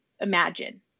imagine